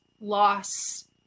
loss